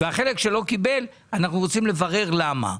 והחלק שלא קיבל, אנחנו רוצים לברר למה.